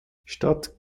statt